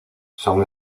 son